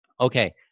Okay